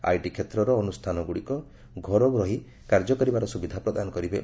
IT କ୍ଷେତ୍ରର ଅନୁଷ୍ଠାନଗୁଡ଼ିକ ଘରୁ ରହି କାର୍ଯ୍ୟ କରିବାର ସୁବିଧା ପ୍ରଦାନ କରିବେ